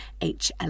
HL